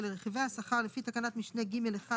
אומר: רכיבי גמול שעות נוספות וגמול עבודה במנוחה